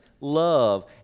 love